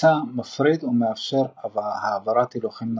בלחיצה מפריד ומאפשר העברת הילוכים נכונה.